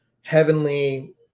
heavenly